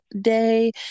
Day